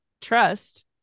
trust